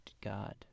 God